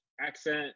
accent